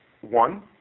one